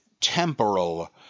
temporal